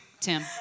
Tim